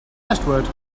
testword